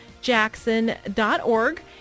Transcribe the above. jackson.org